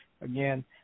again